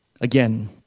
Again